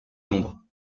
nombre